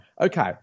okay